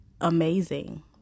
amazing